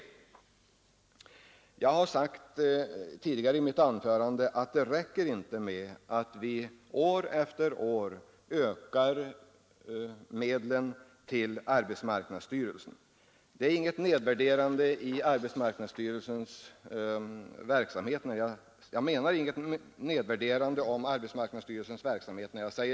Det kan i de flesta fall vara fråga om en liten marginalkostnad. Jag har sagt i mitt tidigare anförande att det inte räcker att vi år efter år ökar anslagen till arbetsmarknadsstyrelsen. I det uttalandet ligger ingen nedvärdering av arbetsmarknadsstyrelsens verksamhet.